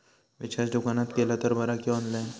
Recharge दुकानात केला तर बरा की ऑनलाइन?